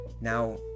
Now